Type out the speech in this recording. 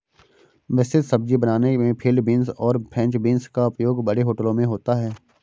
मिश्रित सब्जी बनाने में फील्ड बींस और फ्रेंच बींस का उपयोग बड़े होटलों में होता है